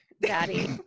Daddy